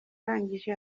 arangije